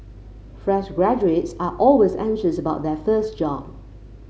fresh graduates are always anxious about their first job